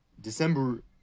December